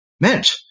meant